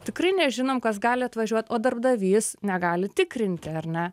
tikrai nežinome kas gali atvažiuoti o darbdavys negali tikrinti ar ne